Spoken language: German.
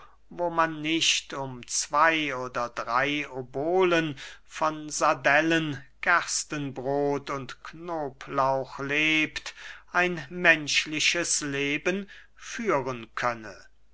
wo man nicht um zwey oder drey obolen von sardellen gerstenbrot und knoblauch lebt ein menschliches leben führen könne